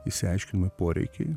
išsiaiškinami poreikiai